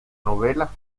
novela